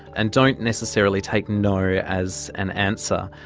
and don't necessarily taken no as an answer.